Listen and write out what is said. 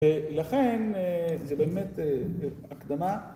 ולכן זה באמת הקדמה